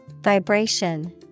Vibration